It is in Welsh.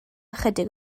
ychydig